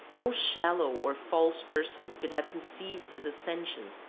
no shallow or false person could have conceived his ascension.